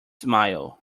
smile